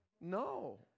No